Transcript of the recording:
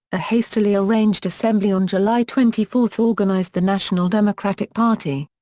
a hastily arranged assembly on july twenty four organized the national democratic party.